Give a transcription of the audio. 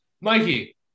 Mikey